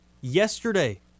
yesterday